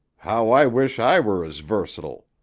how i wish i were as versatile!